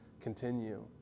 continue